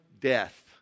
death